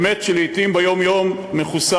אמת שלעתים ביום-יום מכוסה,